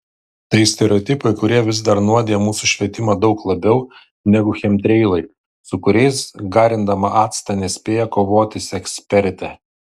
tai stereotipai kurie vis dar nuodija mūsų švietimą daug labiau negu chemtreilai su kuriais garindama actą nespėja kovoti sekspertė